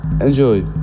Enjoy